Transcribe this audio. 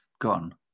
gone